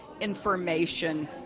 information